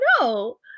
no